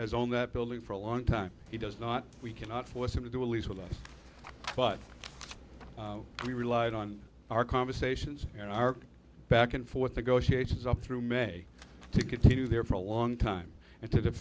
as on that building for a long time he does not we cannot force him to do a lease with us but we relied on our conversations and our back and forth to go she ages up through may to continue there for a long time and to